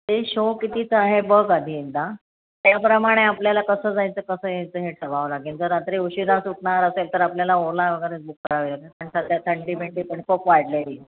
ते शो कितीचं आहे बघ आधी एकदा त्याप्रमाणे आपल्याला कसं जायचं कसं यायचं हे ठरवावं लागेल जर रात्री उशिरा सुटणार असेल तर आपल्याला ओला वगैरे बुक करावी लागेल पण सध्या थंडी बिंडी पण खूप वाढलेली